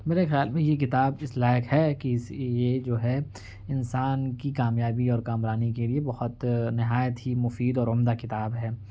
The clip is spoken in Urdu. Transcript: میرے خیال میں یہ کتاب اس لائق ہے کہ اس یہ جو ہے انسان کی کامیابی اور کامرانی کے لیے بہت نہایت ہی مفید اور عمدہ کتاب ہے